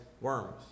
worms